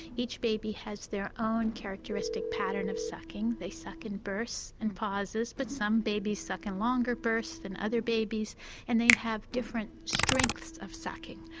each baby has their own characteristic pattern of sucking. they suck in bursts and pauses but some babies suck in longer bursts than other babies and they have different strengths of sucking.